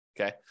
Okay